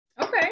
Okay